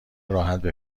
راحت